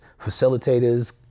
facilitators